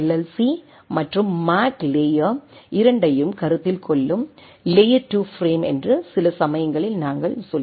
C மற்றும் MAC layer இரண்டையும் கருத்தில் கொள்ளும் லேயர் டூ ஃபிரேம் என்று சில சமயங்களில் நாங்கள் சொல்கிறோம்